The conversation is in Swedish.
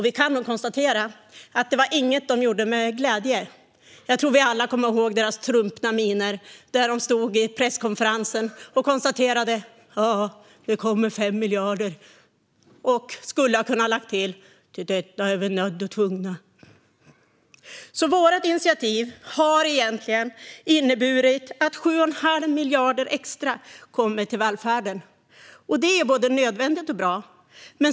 Vi kan konstatera att det inte var något de gjorde med glädje. Jag tror att vi alla kommer ihåg deras trumpna miner när de stod på presskonferensen och konstaterade att det kommer 5 miljarder. De skulle ha kunnat lägga till: Till detta är vi nödda och tvungna. Vårt initiativ har alltså inneburit att 7 1⁄2 miljard extra kommer till välfärden. Det är både nödvändigt och bra.